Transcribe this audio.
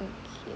okay